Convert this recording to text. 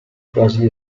quasi